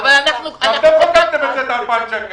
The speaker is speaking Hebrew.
אתם חוקקתם את ה-2,000 שקלים.